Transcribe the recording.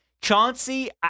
Chauncey